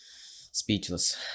speechless